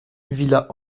villa